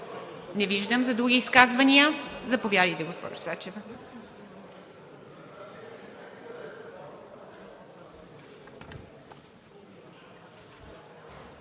Не виждам. За други изказвания? Заповядайте, госпожо Сачева.